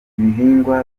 ibihingwa